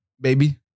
Baby